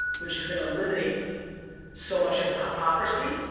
which is gonna eliminate so much of the hypocrisy.